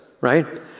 right